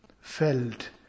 felt